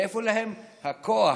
מאיפה להם הכוח